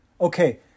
okay